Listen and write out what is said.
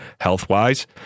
health-wise